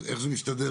אז איך זה מסתדר?